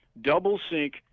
double-sync